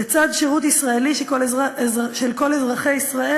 לצד שירות ישראלי של כל אזרחי ישראל,